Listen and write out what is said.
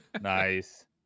nice